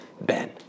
Ben